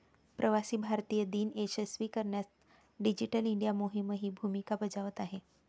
प्रवासी भारतीय दिन यशस्वी करण्यात डिजिटल इंडिया मोहीमही भूमिका बजावत आहे